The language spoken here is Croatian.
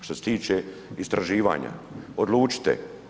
Što se tiče istraživanja, odlučite.